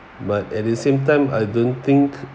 but at the same time I don't think